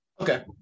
Okay